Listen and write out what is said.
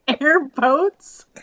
airboats